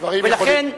הדברים יכולים,